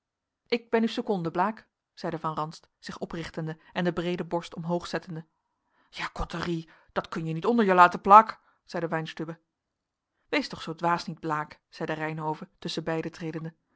ik ben uw seconde blaek zeide van ranst zich oprichtende en de breede borst omhoogzettende ja kottorie dat kun je niet onder je laten plaek zeide weinstübe wees toch zoo dwaas niet blaek zeide reynhove tusschen beiden tredende